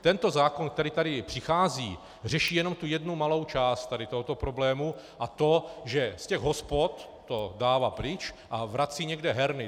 Tento zákon, který tady přichází, řeší jen jednu malou část tohoto problému, a to, že z hospod to dávat pryč a vrací někde herny.